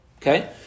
okay